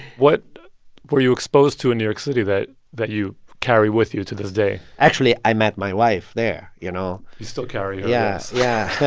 what were you exposed to in new york city that that you carry with you to this day? actually, i met my wife there, you know you still carry her, yes yeah